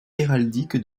héraldique